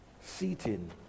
seating